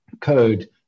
code